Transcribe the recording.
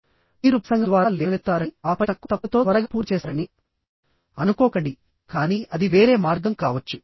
కాబట్టి మీరు మీ ప్రసంగం ద్వారా లేవనెత్తుతారని ఆపై తక్కువ తప్పులతో త్వరగా పూర్తి చేస్తారని అనుకోకండి కానీ అది వేరే మార్గం కావచ్చు